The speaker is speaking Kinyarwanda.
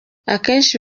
akenshi